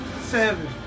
seven